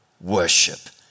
worship